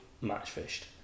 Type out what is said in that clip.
match-fished